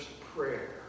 prayer